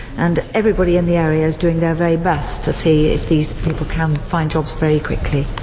and everybody in the area is doing their very best to see if these people can find jobs very quickly.